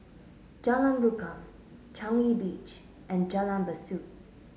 Jalan Rukam Changi Beach and Jalan Besut